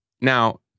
Now